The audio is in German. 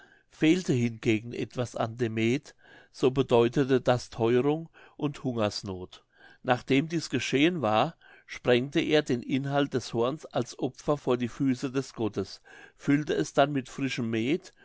fehlte hingegen etwas an dem meth so bedeutete das theurung und hungersnoth nachdem dieß geschehen war sprengte er den inhalt des horns als opfer vor die füße des gottes füllte es dann mit frischem meth